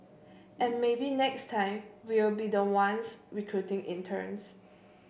and maybe next time we'll be the ones recruiting interns